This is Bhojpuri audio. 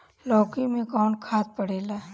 लौकी में कौन खाद पड़ेला?